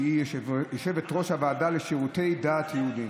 שהיא יושבת-ראש הוועדה לשירותי דת יהודיים.